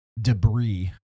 debris